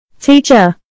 Teacher